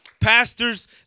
pastors